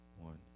One